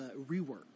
Rework